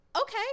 Okay